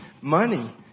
money